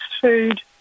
food